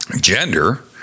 gender